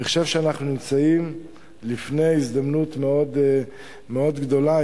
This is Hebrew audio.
אני חושב שאנחנו נמצאים לפני הזדמנות מאוד גדולה.